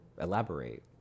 elaborate